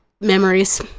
memories